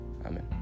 Amen